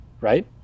right